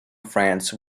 france